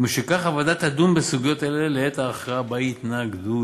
ומשכך הוועדה תדון בסוגיות אלה לעת ההכרעה בהתנגדויות.